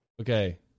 Okay